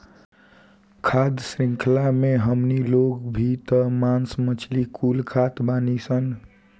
खाद्य शृंख्ला मे हमनी लोग भी त मास मछली कुल खात बानीसन